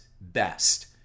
best